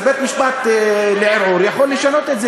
אז בית-משפט לערעור יכול לשנות את זה